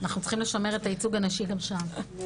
אנחנו צריכים לשמר את הייצוג הנשי גם שם.